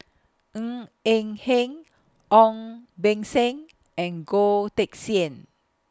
Ng Eng Hen Ong Beng Seng and Goh Teck Sian